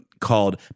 called